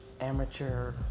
amateur